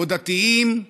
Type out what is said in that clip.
או דתיים,